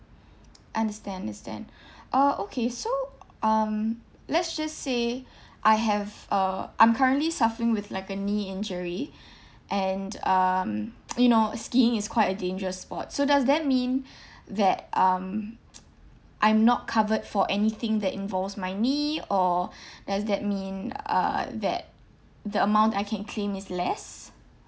understand understand orh okay so um let's just say I have uh I'm currently suffering with like a knee injury and um you know skiing is quite a dangerous sport so does that mean that um I'm not covered for anything that involves my knee or does that mean uh that the amount I can claim is less